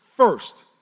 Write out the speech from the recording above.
First